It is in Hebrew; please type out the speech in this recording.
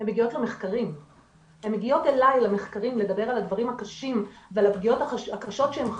הם מגיעים אלי למחקרים לדבר על הדברים הקשים ועל הפגיעות הקשות שהם חוו,